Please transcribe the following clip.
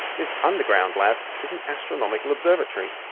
this underground lab is an astronomical observatory,